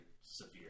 severe